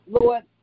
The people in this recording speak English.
Lord